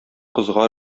кызга